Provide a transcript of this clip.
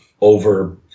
over